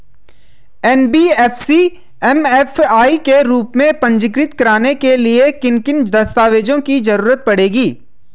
NBFC MFI के रूप में पंजीकृत कराने के लिए किन किन दस्तावेजों की जरूरत पड़ेगी?